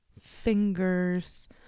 fingers